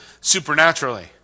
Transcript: supernaturally